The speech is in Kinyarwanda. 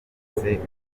bahurira